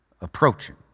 approaching